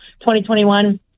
2021